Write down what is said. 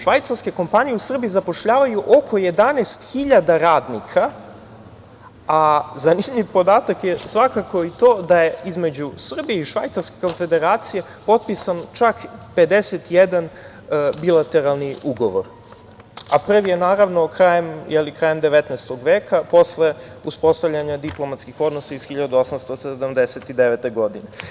Švajcarske kompanije u Srbiji zapošljavaju oko 11.000 radnika, a zanimljiv podatak je svakako i to da je između Srbije i Švajcarske Konfederacije potpisan čak 51 bilateralni ugovor, a prvi je krajem 19. veka, posle uspostavljanja diplomatskih odnosa iz 1879. godine.